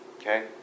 Okay